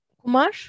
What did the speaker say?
Kumar